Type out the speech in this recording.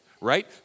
right